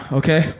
okay